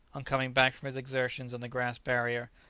on coming back from his exertions on the grass-barrier,